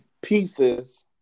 pieces